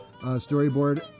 storyboard